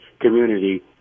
community